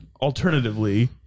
alternatively